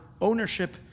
ownership